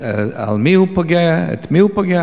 האם זה על מי הוא פוגע, במי הוא פוגע?